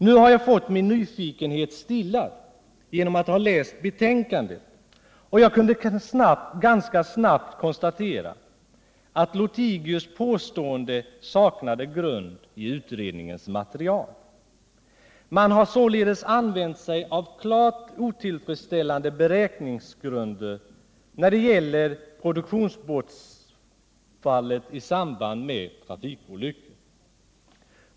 Nu har jag fått min nyfikenhet stillad genom att ha läst betänkandet, och jag kunde ganska snabbt konstatera att Carl-Wilhelm Lothigius påstående saknade grund i utredningens material. Man har således använt sig av klart otillfredsställande beräkningsgrunder när det gäller produktionsbortfallet i samband med trafikolyckor.